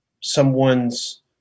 someone's